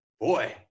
Boy